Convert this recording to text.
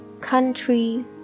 country